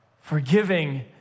forgiving